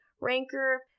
ranker